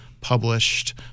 published